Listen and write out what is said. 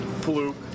Fluke